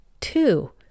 Two